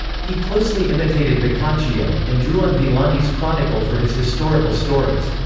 he closely imitated boccaccio, and drew on villani's chronicle for his historical stories.